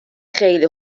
خیلی